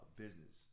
business